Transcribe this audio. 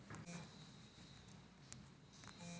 सामान्य सिंचनापेक्षा ठिबक सिंचन जास्त वापरली जाते